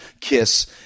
kiss